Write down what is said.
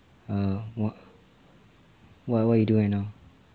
err what what what you do right now